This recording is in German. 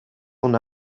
von